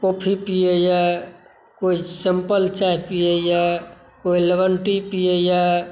coffee पियैया कोइ simple चाय पियैया कोइ लेमन टी पियैया